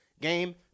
game